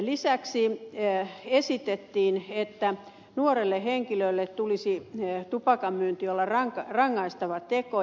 lisäksi esitettiin että tupakanmyynnin nuorelle henkilölle tulisi olla rangaistava teko